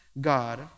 God